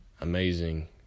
amazing